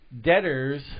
debtors